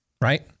Right